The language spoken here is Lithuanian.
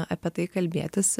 apie tai kalbėtis